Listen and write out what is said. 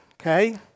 okay